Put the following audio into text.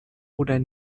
oder